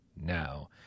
now